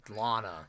Lana